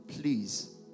Please